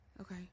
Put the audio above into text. Okay